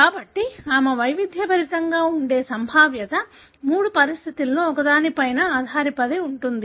కాబట్టి ఆమె వైవిధ్యభరితంగా ఉండే సంభావ్యత మూడు పరిస్థితులలో ఒకదానిపై ఆధారపడి ఉంటుంది